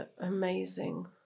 amazing